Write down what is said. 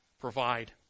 provide